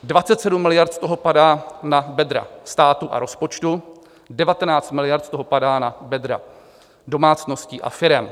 27 miliard z toho padá na bedra státu a rozpočtu, 19 miliard z toho padá na bedra domácností a firem.